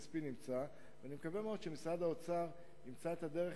אני מקווה מאוד שמשרד האוצר ימצא את הדרך